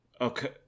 Okay